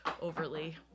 overly